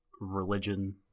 religion